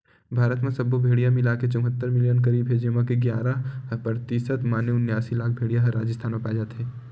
भारत म सब्बो भेड़िया मिलाके चउहत्तर मिलियन करीब हे जेमा के गियारा परतिसत माने उनियासी लाख भेड़िया ह राजिस्थान म पाए जाथे